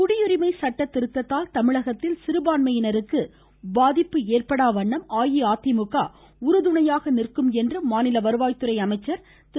குடியுரிமை சட்ட திருத்தத்தால் தமிழகத்தில் சிறுபான்மையினருக்கு பாதிப்பு ஏற்படாவகையில் அஇஅதிமுக உறுதுணையாக நிற்கும் என்று மாநில வருவாய்துறை அமைச்சர் திரு